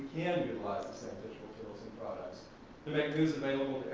can utilize the products to make news available